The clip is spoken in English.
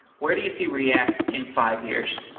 where do you see react in five years?